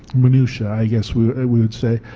minutia i guess we we would say.